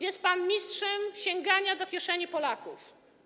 Jest pan mistrzem sięgania do kieszeni Polaków.